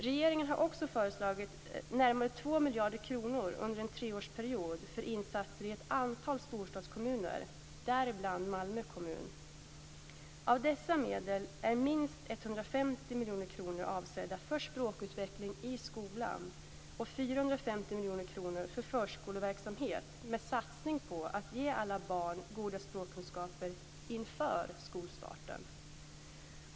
Regeringen har också föreslagit närmare två miljarder kronor under en treårsperiod för insatser i ett antal storstadskommuner, däribland Malmö kommun. Av dessa medel är minst 150 miljoner kronor avsedda för språkutveckling i skolan och 450 miljoner kronor för förskoleverksamhet med satsning på att ge alla barn goda språkkunskaper inför skolstarten.